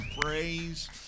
praise